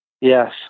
Yes